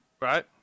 right